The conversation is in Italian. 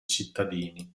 cittadini